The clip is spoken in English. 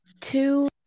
two